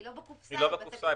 היא בתקציב,